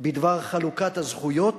בדבר חלוקת הזכויות